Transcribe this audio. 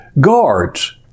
guards